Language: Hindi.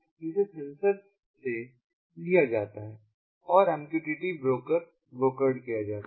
इसे सेंसर से लिया जाता है और इसे MQTT ब्रोकर ब्रोकर्ड किया जाता है